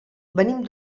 venim